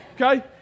Okay